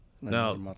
Now